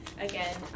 Again